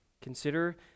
Consider